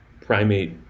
primate